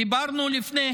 דיברנו לפני